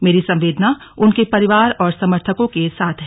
मेरी संवेदना उनके परिवार और समर्थकों के साथ हैं